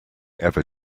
ever